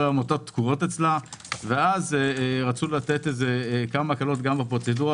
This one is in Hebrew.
עמותות תקועות אצלה ואז רצו לתת הקלות בפרוצדורה,